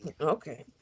Okay